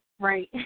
right